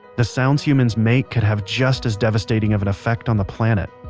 the sound humans make could have just as devastating of an affect on the planet.